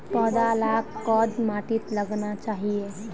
पौधा लाक कोद माटित लगाना चही?